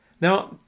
Now